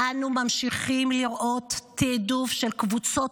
אנו ממשיכים לראות תיעדוף של קבוצות